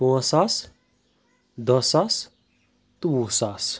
پانٛژھ ساس دہ ساس تہٕ وُہ ساس